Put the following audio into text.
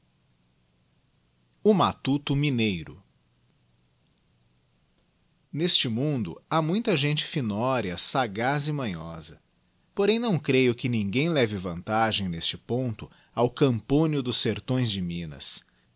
o matuto mineiro neste mundo ha muita gente finória sagaz e manhosa porém não creio que ninguém leve vantagem neste ponto ao camponio dos sertões de minas